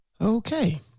Okay